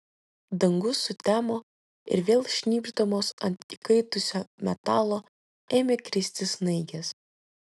dangus sutemo ir vėl šnypšdamos ant įkaitusio metalo ėmė kristi snaigės